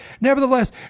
nevertheless